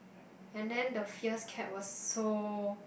and then the fierce cat was so